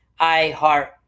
iHeart